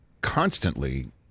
constantly